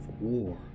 war